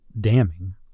damning